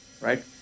right